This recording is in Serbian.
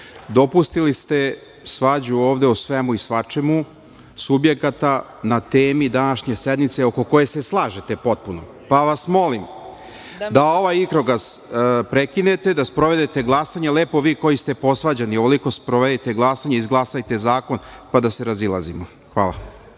dopustili ste svađu ovde o svemu i svačemu subjekata na temi današnje sednice oko koje se slažete potpuno, pa vas molim da ovaj igrokaz prekinete, da sprovedete glasanje. Lepo vi koji ste posvađani, sprovedite glasanje, izglasajte zakon, pa da se razilazimo. Hvala.